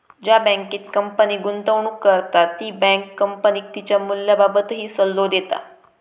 ज्या बँकेत कंपनी गुंतवणूक करता ती बँक कंपनीक तिच्या मूल्याबाबतही सल्लो देता